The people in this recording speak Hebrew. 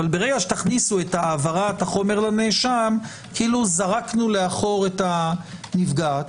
אבל ברגע שתכניסו את העברת החומר לנאשם - כאילו זרקנו לאחור את הנפגעת.